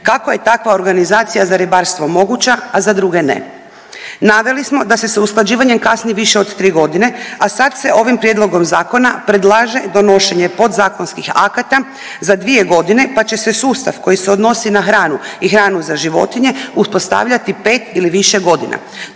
Kako je takva organizacija za ribarstvo moguća, a za druge ne? Naveli smo da se s usklađivanjem kasni više od 3.g., a sad se ovim prijedlogom zakona predlaže donošenje podzakonskih akata za 2.g., pa će se sustav koji se odnosi na hranu i hranu za životinje uspostavljati 5 ili više godina.